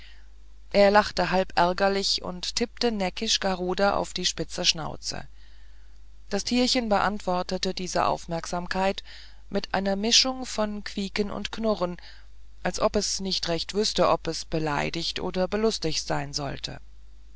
er lachte halb ärgerlich und tippte neckisch garuda auf die spitze schnauze das tierchen beantwortete diese aufmerksamkeit mit einer mischung von quieken und knurren als ob es nicht recht wüßte ob es beleidigt oder belustigt sein sollte